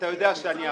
אתה יודע שאני יכול.